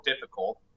difficult